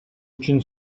үчүн